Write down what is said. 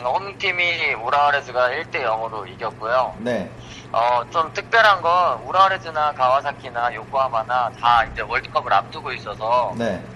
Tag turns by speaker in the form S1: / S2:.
S1: 음, 홈팀이 우라와 레즈가 1 대 0으로 이겼고요.
S2: 네.
S1: 어, 좀 특별한 건 우라와 레즈나 가와사키나 요코하마나 다 이제 월드컵을 앞두고 있어서
S2: 네.